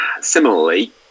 similarly